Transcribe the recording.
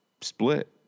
split